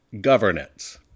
governance